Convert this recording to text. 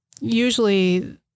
usually